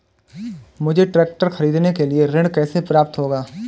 मुझे ट्रैक्टर खरीदने के लिए ऋण कैसे प्राप्त होगा?